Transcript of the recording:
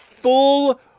Full